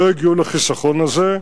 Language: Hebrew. במחירי דלק לא הגיעו לחיסכון הזה.